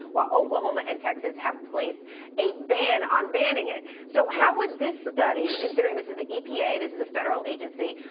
while oklahoma and texas have placed a ban on banning it. so how would this study, considering this is the epa, this is a federal agency,